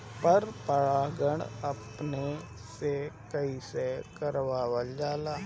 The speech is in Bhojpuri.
पर परागण अपने से कइसे करावल जाला?